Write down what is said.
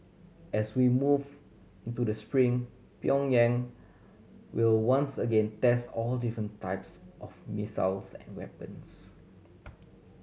as we move into the spring Pyongyang will once again test all different types of missiles and weapons